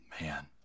Man